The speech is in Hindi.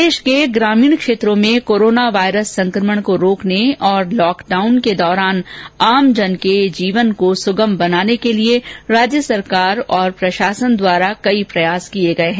प्रदेश के ग्रामीण क्षेत्रों में कोरोना वायरस संक्रमण को रोकने और लॉकडाउन के दौरान आमजन के जीवन को सुगम बनाने के लिए राज्य सरकार और प्रशासन द्वारा कई प्रयास किए गए हैं